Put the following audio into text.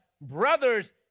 brothers